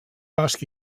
basc